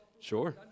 Sure